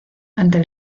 ante